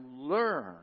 learn